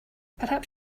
perhaps